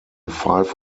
five